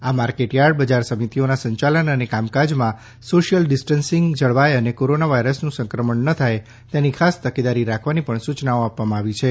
આ માર્કેટયાર્ડ બજાર સમિતિઓના સંચાલન અને કામકાજમાં સોશિયલ ડિસ્ટન્સીંગ જળવાય અને કોરોના વાયરસનું સંક્રમણ ન થાય તેની ખાસ તકેદારી રાખવાની પણ સુચનાઓ આપવામાં આવી છે